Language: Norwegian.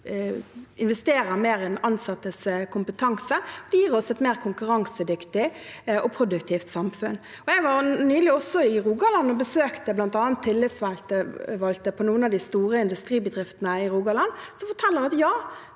investerer mer i den ansattes kompetanse. Det gir oss et mer konkurransedyktig og produktivt samfunn. Jeg var nylig også i Rogaland og besøkte bl.a. tillitsvalgte på noen av de store industribedriftene der som fortalte at ja,